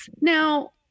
Now